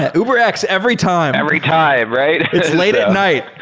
ah uber x every time every time, right? it's late at night.